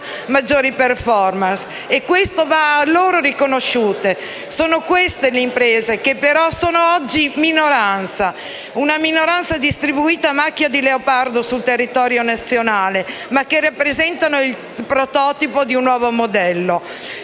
maggiori *performance*. Questo va loro riconosciuto. Queste imprese, che oggi sono una minoranza distribuita a macchia di leopardo sul territorio nazionale, rappresentano però il prototipo di un nuovo modello.